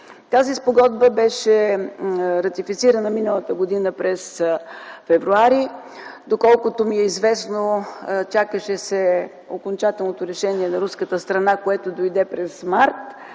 Тя беше ратифицирана миналата година през м. февруари. Доколкото ми е известно, чакаше се окончателното решение на руската страна, което дойде през м.